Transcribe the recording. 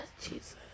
Jesus